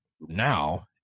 now